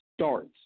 starts